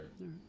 right